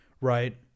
Right